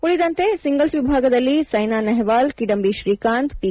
ಉಳಿದಂತೆ ಸಿಂಗಲ್ಬ್ ವಿಭಾಗದಲ್ಲಿ ಸ್ಟೆನಾ ನೆಹ್ಲಾ ಲ್ ಕಿಡಂಬಿ ಶ್ರೀಕಾಂತ್ ಪಿ